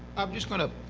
i'm just going to